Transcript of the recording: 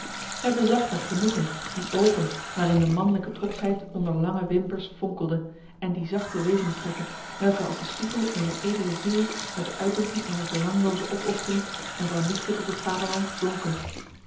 zij bezag met genoegen die ogen waarin de manlijke trotsheid onder lange wimpers vonkelde en die zachte wezenstrekken welke als de spiegel ener edele ziel met de uitdrukking ener belangloze opoffering en van liefde tot het vaderland blonken